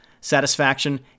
satisfaction